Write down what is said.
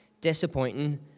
disappointing